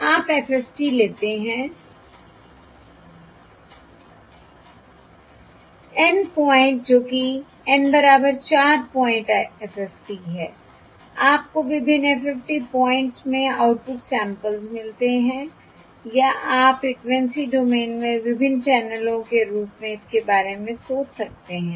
आप FFT लेते हैं N पॉइंट जो कि N बराबर 4 पॉइंट FFT है आपको विभिन्न FFT पॉइंट्स में आउटपुट सैंपल्स मिलते हैं या आप फ्रिकवेंसी डोमेन में विभिन्न चैनलों के रूप में इसके बारे में सोच सकते हैं